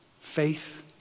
Faith